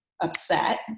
upset